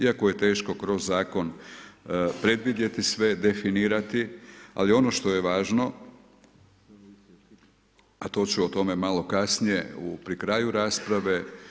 Iako je teško kroz zakon predvidjeti sve, definirati, ali ono što je važno, a to ću o tome malo kasnije pri kraju rasprave.